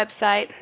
website